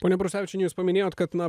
pone prusevičiene jūs paminėjot kad na